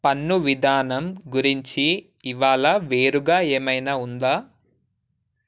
పన్ను విధానం గురించి ఇవాళ వేరుగా ఏమైనా ఉందా